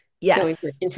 yes